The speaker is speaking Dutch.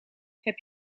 heb